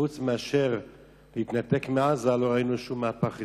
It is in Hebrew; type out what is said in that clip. חוץ מאשר להתנתק מעזה, לא ראינו שום מהפך רציני.